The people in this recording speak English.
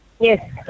Yes